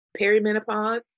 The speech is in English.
perimenopause